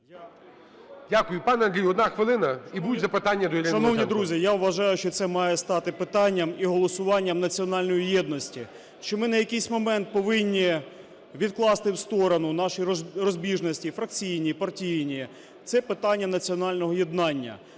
Дякую. Пане Андрію, одна хвилина. І будуть запитання до Ірини